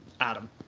Adam